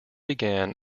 began